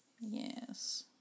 Yes